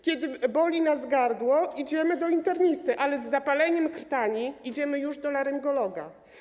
Kiedy boli nas gardło, idziemy do internisty, ale z zapaleniem krtani idziemy już do laryngologa.